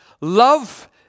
Love